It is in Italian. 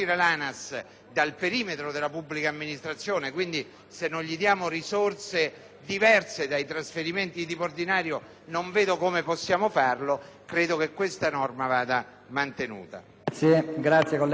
diverse dai trasferimenti di tipo ordinario non vedo come si possa farlo. Credo pertanto che questa norma vada mantenuta.